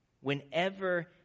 whenever